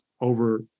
over